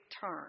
turn